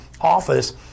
office